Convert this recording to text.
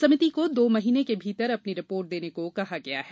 समिति को दो महीने के भीतर अपनी रिपोर्ट देने को कहा गया है